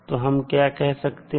तो हम क्या कह सकते हैं